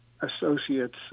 associates